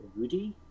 Woody